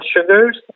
sugars